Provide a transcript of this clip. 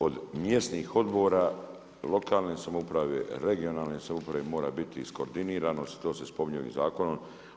Od mjesnih odbora lokalne samouprava, regionalne samouprave, mora biti iskoordiniranost, to se spominje s ovim zakonom.